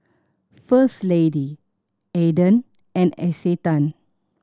First Lady Aden and Isetan